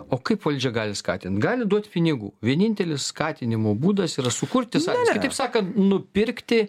o kaip valdžia gali skatint gali duot pinigų vienintelis skatinimo būdas yra sukurti sąlygas taip sakant nupirkti